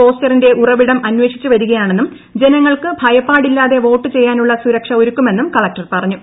പോസ്റ്ററിന്റെ ഉറവിടം അന്വേഷിച്ച് വരികയാണെന്നും ജനങ്ങൾക്ക് ഭയപ്പാടില്ലാതെ വോട്ടുചെയ്യാനുള്ള സുരക്ഷ ഒരുക്കുമെന്നും കളക്ടർ പറഞ്ഞു